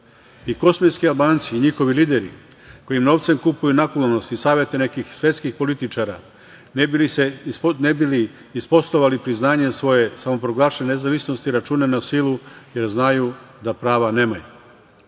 svetu. Kosmetski Albanci i njihovi lideri koji novcem kupuju naklonost i savete nekih svetskih političara, ne bi li isposlovali priznanje svoje samoproglašene nezavisnosti, računaju na silu, jer znaju da prava nemaju.